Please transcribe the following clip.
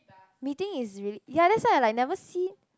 meeting is really~ ya that's why I like never see